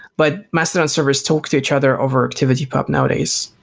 but mastodon servers talk to each other over activity pub nowadays.